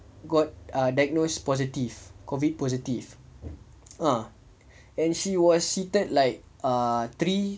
got diagnosed positive COVID positive ah and she was seated like ah three